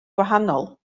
gwahanol